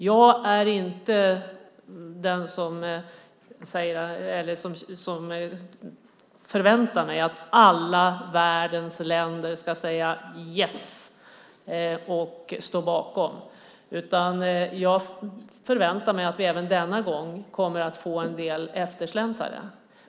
Jag är inte den som förväntar mig att alla världens länder ska säga "yes" och stå bakom detta. Jag förväntar mig att vi även denna gång kommer att få en del eftersläntrare.